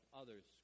others